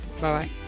Bye